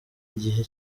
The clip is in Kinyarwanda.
igihe